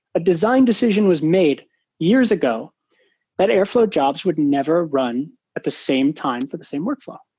a design decision was made years ago that airflow jobs would never run at the same time for the same workflow.